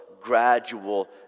gradual